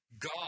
God